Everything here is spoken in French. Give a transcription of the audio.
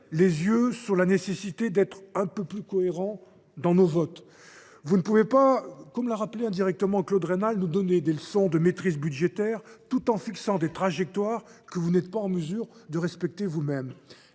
les yeux sur la nécessité d’être un peu plus cohérents dans nos votes. Vous ne pouvez, comme l’a rappelé indirectement Claude Raynal, nous donner des leçons de maîtrise budgétaire tout en fixant des trajectoires que vous n’êtes pas en mesure de respecter vous même.